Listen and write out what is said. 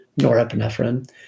norepinephrine